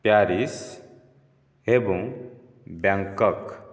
Paris ଏବଂ Bangkok